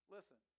Listen